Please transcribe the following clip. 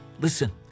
listen